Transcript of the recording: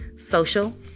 Social